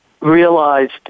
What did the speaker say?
realized